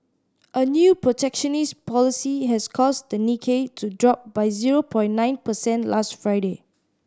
a new protectionist policy has caused the Nikkei to drop by zero point nine percent last Friday